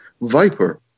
Viper